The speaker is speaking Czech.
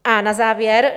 A na závěr.